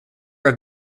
have